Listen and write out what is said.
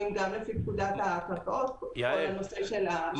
גם לפי פקודת הקרקעות בכל נושא --- יעל,